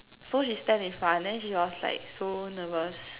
so she stand in front then she was like so nervous